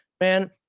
Man